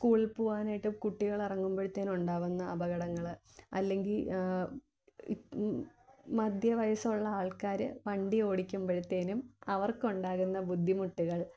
സ്കൂളിൽ പൂവാനായിട്ട് കുട്ടികളിറങ്ങുമ്പോഴത്തേനും ഉണ്ടാകുന്ന അപകടങ്ങൾ അല്ലെങ്കിൽ മദ്ധ്യവയസുള്ള ആൾക്കാർ വണ്ടി ഓടിക്കുമ്പോഴത്തേനും അവർക്കുണ്ടാവുന്ന ബുദ്ധിമുട്ടുകൾ